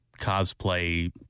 cosplay